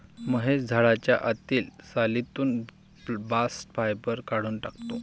महेश झाडाच्या आतील सालीतून बास्ट फायबर काढून टाकतो